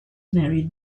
married